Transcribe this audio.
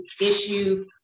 issue